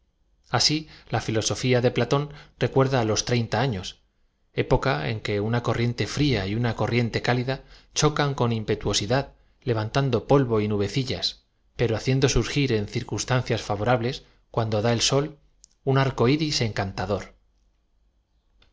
asi la filoboña de platón recuerda los treinta afios época en que una corriente fria y una corriente cálida chocan con impetuosidad levantando polvo y nube cillas pero haciendo surgir en circunstancias fa v o ra bles cuando da el sol un arco iris encantador